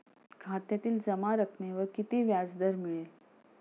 खात्यातील जमा रकमेवर किती व्याजदर मिळेल?